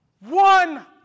One